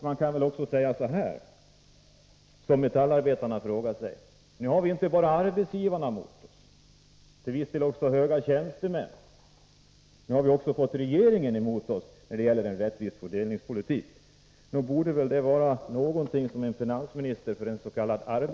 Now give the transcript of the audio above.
Man kan också som metallarbetarna säga så här: Nu har vi inte bara arbetsgivarna och till viss del höga tjänstemän emot oss, utan nu har vi också fått regeringen emot oss när det gäller en rättvis fördelningspolitik. Nog borde väl en finansminister i en s.k. arbetarregering vara bekymrad, när läget är sådant ute bland de arbetande.